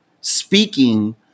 speaking